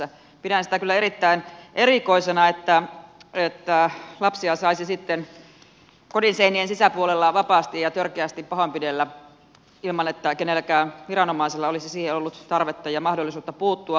pidän sitä kyllä erittäin erikoisena että lapsia saisi kodin seinien sisäpuolella vapaasti ja törkeästi pahoinpidellä ilman että kenelläkään viranomaisella olisi siihen ollut tarvetta ja mahdollisuutta puuttua